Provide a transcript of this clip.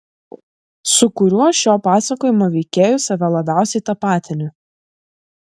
su kuriuo šio pasakojimo veikėju save labiausiai tapatini